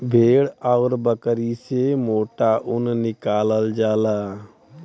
भेड़ आउर बकरी से मोटा ऊन निकालल जाला